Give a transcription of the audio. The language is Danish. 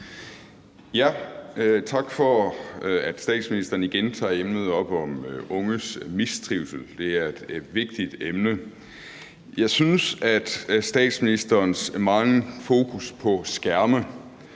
Tak for, at statsministeren igen tager emnet op om unges mistrivsel. Det er et vigtigt emne. Jeg synes, at statsministerens megen fokus på skærme